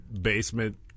basement